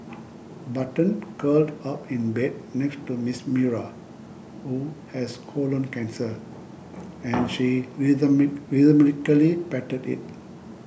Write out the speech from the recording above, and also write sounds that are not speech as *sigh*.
button curled up in bed next to Miss Myra who has colon cancer and she *unintelligible* rhythmically patted it